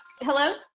Hello